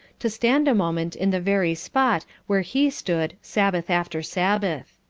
to stand a moment in the very spot where he stood sabbath after sabbath.